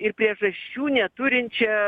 ir priežasčių neturinčia